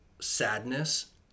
sadness